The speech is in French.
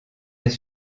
des